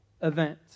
event